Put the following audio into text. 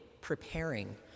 preparing